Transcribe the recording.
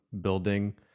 building